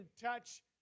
touch